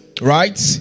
right